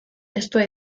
testua